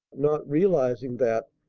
not realizing that,